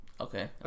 Okay